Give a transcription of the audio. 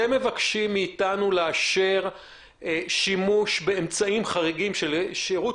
אתם מבקשים מאיתנו שימוש באמצעים חריגים של שירות